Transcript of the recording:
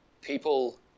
people